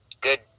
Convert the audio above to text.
good